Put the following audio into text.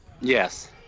Yes